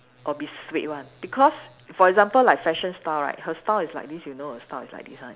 or be swayed [one] because for example like fashion style right her style is like this you know her style is like this [one]